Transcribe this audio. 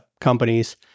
companies